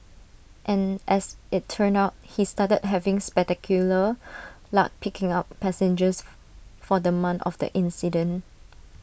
and as IT turned out he started having spectacular luck picking up passengers for the month of the incident